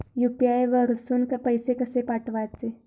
UPI वरसून पैसे कसे पाठवचे?